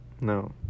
No